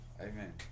Amen